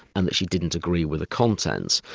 and that she didn't agree with the contents.